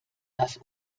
das